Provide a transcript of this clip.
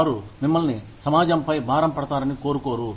వారు మిమ్మల్ని సమాజంపై భారం పడతారని కోరుకోరు